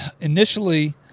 initially